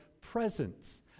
presence